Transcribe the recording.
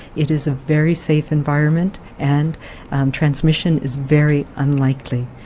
it is a very safe environment and transmission is very unlikely.